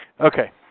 Okay